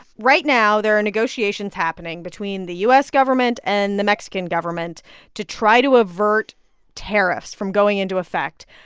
right now there are negotiations happening between the u s. government and the mexican government to try to avert tariffs from going into effect.